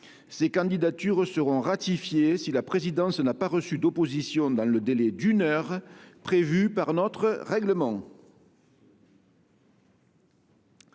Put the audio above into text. Ces candidatures seront ratifiées si la présidence n’a pas reçu d’opposition dans le délai d’une heure prévu par notre règlement.